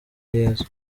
yezu